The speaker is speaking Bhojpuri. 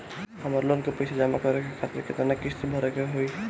हमर लोन के पइसा जमा करे खातिर केतना किस्त भरे के होई?